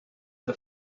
the